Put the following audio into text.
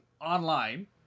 online